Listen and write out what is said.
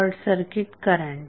short circuit current